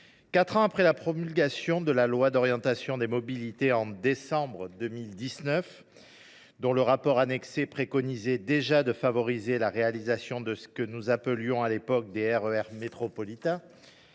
quatre ans après la promulgation de la loi du 24 décembre 2019 d’orientation des mobilités (LOM), dont le rapport annexé préconisait déjà de favoriser la réalisation de ce que nous appelions à l’époque des « RER métropolitains